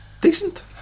Decent